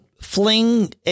Fling